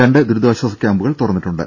രണ്ട് ദുരിതാശ്വാസ ക്യാമ്പുകൾ തുറന്നിട്ടുണ്ട്